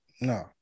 No